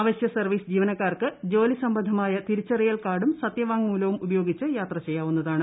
അവശ്യ സർവീസ് ജീവനക്കാർക്ക് ജോലി സംബന്ധമായ തിരിച്ചറിയൽ കാർഡും സത്യവാങ്മൂലവും ഉപയോഗിച്ച് യാത്ര ചെയ്യാവുന്നതാണ്